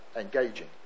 engaging